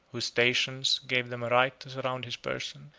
whose stations gave them a right to surround his person,